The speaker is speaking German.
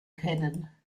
kennen